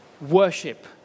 worship